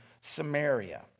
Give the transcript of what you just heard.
Samaria